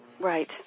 Right